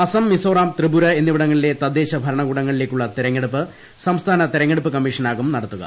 അസം മിസോറം ത്രിപുര എന്നിവിടങ്ങളിലെ തദ്ദേശ ഭരണകൂടങ്ങളിലേക്കുള്ള തെരഞ്ഞെടുപ്പ് സംസ്ഥാന തെരഞ്ഞെടുപ്പ് കമ്മീഷനാകും നടത്തുക